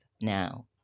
now